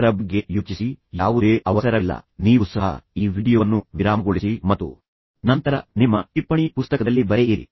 ಅದರ ಬಗ್ಗೆ ಯೋಚಿಸಿ ಯಾವುದೇ ಅವಸರವಿಲ್ಲ ನೀವು ಸಹ ಈ ವೀಡಿಯೊ ವನ್ನು ವಿರಾಮಗೊಳಿಸಿ ಮತ್ತು ನಂತರ ನಿಮ್ಮ ಟಿಪ್ಪಣಿ ಪುಸ್ತಕದಲ್ಲಿ ಬರೆಯಿರಿ